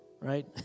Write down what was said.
right